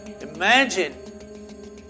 Imagine